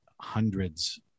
hundreds